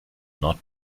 not